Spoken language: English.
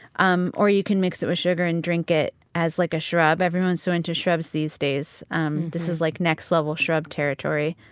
um or you can mix it with sugar and drink it as like a shrub. everyone is so into shrubs these days um this is like next level shrub territory.